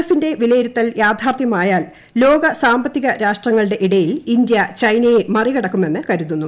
എഫിന്റെ വിലയിരുത്തൽ യാഫ്റിർത്ഥ്യമായാൽ ലോക സാമ്പത്തിക രാഷ്ട്രങ്ങളുടെ ഇട്ടയിൽ ഇന്ത്യ ചൈനയെ മറികടക്കുമെന്ന് കരുതുന്നു